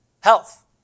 health